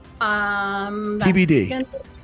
tbd